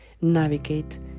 navigate